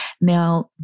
Now